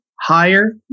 higher